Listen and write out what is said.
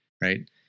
right